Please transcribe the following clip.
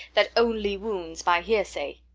that only wounds by hearsay.